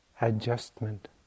adjustment